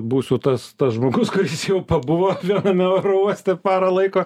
būsiu tas tas žmogus kuris jau pabuvo viename oro uoste parą laiko